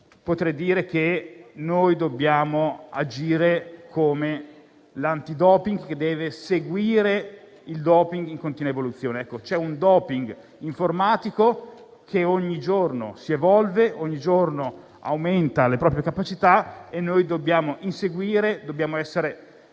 direi che dobbiamo agire come l'antidoping che deve seguire il *doping* in continua evoluzione. C'è un *doping* informatico che ogni giorno si evolve e aumenta le proprie capacità e noi dobbiamo inseguire, essere